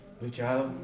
luchado